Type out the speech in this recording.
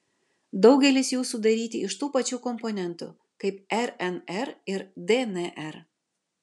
daugelis jų sudaryti iš tų pačių komponentų kaip rnr ir dnr